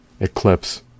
eclipse